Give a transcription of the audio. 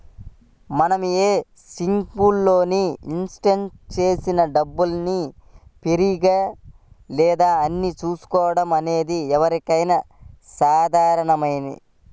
మనం ఏ స్కీములోనైనా ఇన్వెస్ట్ చేసిన డబ్బుల్ని పెరిగాయా లేదా అని చూసుకోవడం అనేది ఎవరికైనా సాధారణమే